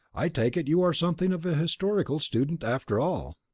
i take it you are something of a historical student, after all.